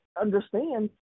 understand